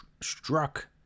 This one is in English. struck